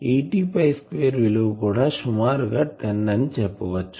80 square విలువ కూడా సుమారుగా 10 అని చెప్పవచ్చు